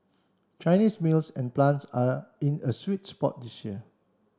Chinese mills and plants are in a sweet spot this year